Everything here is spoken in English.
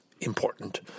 important